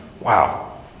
Wow